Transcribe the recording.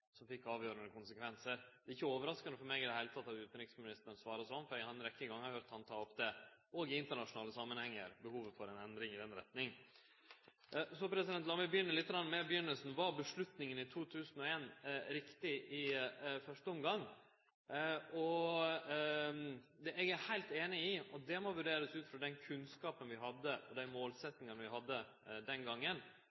som fekk avgjerande konsekvensar. Det er i det heile ikkje overraskande for meg at utanriksministeren svarte sånn, for eg har ei rekkje gonger høyrt han, òg i internasjonale samanhengar, ta opp behovet for ei endring i den retninga. Lat meg begynne lite grann med begynninga. Var avgjerda i 2001 riktig i første omgang? Eg er heilt einig i at det må vurderast ut frå den kunnskapen og dei målsetjingane vi hadde den gongen, og